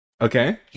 Okay